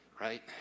Right